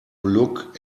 look